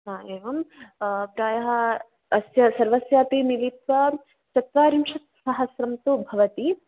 हा एवं प्रायः अस्य सर्वस्यापि मिलित्वा चत्वारिंशत् सहस्रं तु भवति